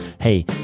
Hey